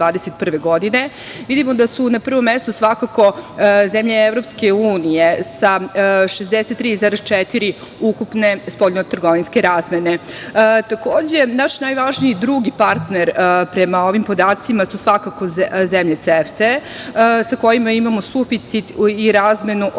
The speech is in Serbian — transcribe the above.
vidimo da su na prvom mestu svakako zemlje EU sa 63,4% ukupne spoljnotrgovinske razmene. Takođe, naš najvažniji drugi partner prema ovim podacima su svakako zemlje CEFTE sa kojima imamo suficit i razmenu od